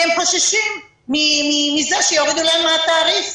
כי הם חוששים מזה שיורידו להם מהתעריף,